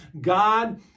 God